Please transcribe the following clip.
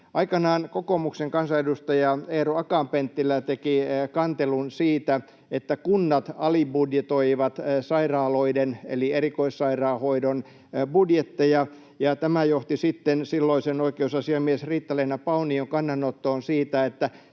Aikanaan kokoomuksen kansanedustaja Eero Akaan-Penttilä teki kantelun siitä, että kunnat alibudjetoivat sairaaloiden eli erikoissairaanhoidon budjetteja. Tämä johti sitten silloisen oikeusasiamies Riitta-Leena Paunion kannanottoon siitä,